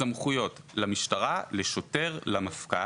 סמכויות למשטרה, לשוטר, למפכ"ל,